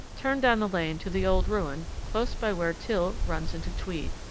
turned down the lane to the old ruin close by where till runs into tweed.